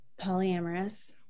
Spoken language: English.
polyamorous